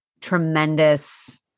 tremendous